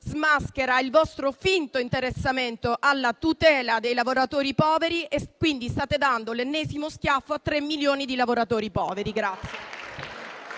smaschera il vostro finto interessamento alla tutela dei lavoratori poveri. State dando l'ennesimo schiaffo a tre milioni di lavoratori poveri.